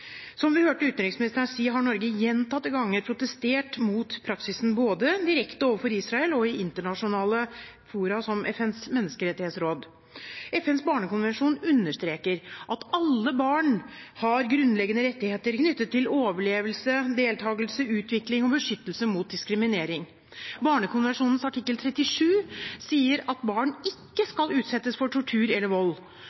Som vi hørte utenriksministeren si, har Norge gjentatte ganger protestert mot praksisen, både direkte overfor Israel og i internasjonale fora som FNs menneskerettighetsråd. FNs barnekonvensjon understreker at alle barn har grunnleggende rettigheter knyttet til overlevelse, deltakelse, utvikling og beskyttelse mot diskriminering. Barnekonvensjonens artikkel 37 sier at barn ikke skal utsettes for tortur eller vold.